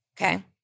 Okay